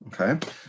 okay